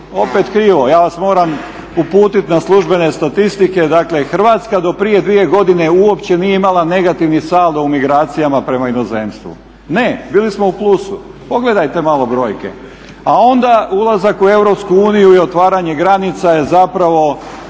Opet krivo, ja vas moram uputiti na službene statistike. Dakle, Hrvatska do prije dvije godine uopće nije imala negativni saldo u migracijama prema inozemstvu. Ne, bili smo u plusu. Pogledajte malo brojke. A onda ulazak u EU i otvaranje granica je zapravo